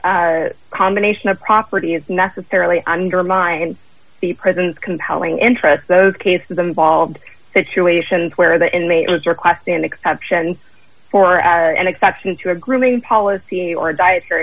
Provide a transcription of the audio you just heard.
whose combination of property is necessarily undermine the president's compelling interests those cases involved situations where the inmate was requesting an exception for as an exception to a grooming policy or a dietary